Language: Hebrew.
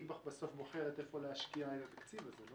בסוף היא בוחרת איפה להשקיע את התקציב הזה.